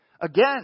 again